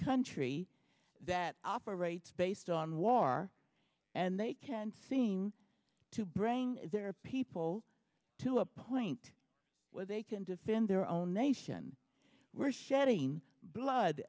country that operates based on war and they can't seem to bring their people to a point where they can defend their own nation were shedding blood